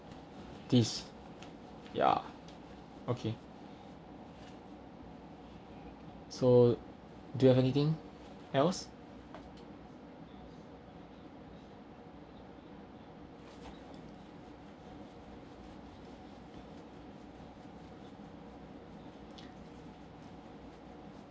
this ya okay so do you have anything else